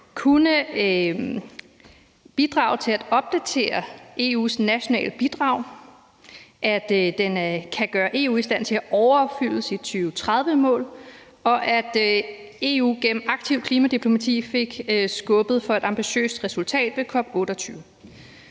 kunne bidrage til at opdatere EU's nationale bidrag, at den kan gøre EU i stand til at overopfylde sit 2030-mål, og at EU gennem aktivt klimadiplomati fik skubbet på for et ambitiøst resultat ved COP 28.